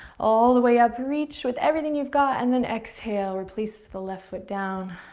all the way up, reach with everything you've got, and then exhale, replace the left foot down,